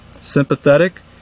sympathetic